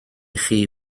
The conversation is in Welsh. chi